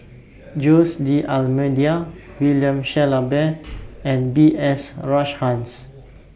Jose D'almeida William Shellabear and B S Rajhans